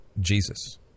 Jesus